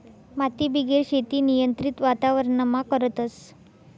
मातीबिगेर शेती नियंत्रित वातावरणमा करतस